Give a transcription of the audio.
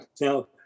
Now